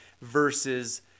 versus